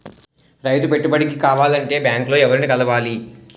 రైతు పెట్టుబడికి కావాలంటే బ్యాంక్ లో ఎవరిని కలవాలి?